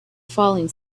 falling